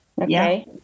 okay